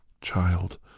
child